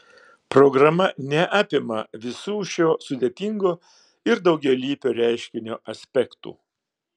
programa neapima visų šio sudėtingo ir daugialypio reiškinio aspektų